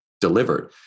delivered